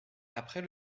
après